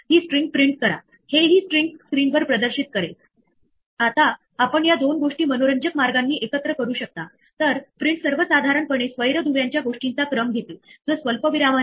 जर एखादी index error उद्भवली तर अशा प्रकारचा कोड येतो दुसरीकडे कदाचित मला एखादी नेम एरर किंवा एखादी कि एरर या दोन्ही एरर साठी मी सारखीच गोष्ट करतो तर हा पुढील एक्सेप्ट ब्लॉक आहे